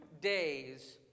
days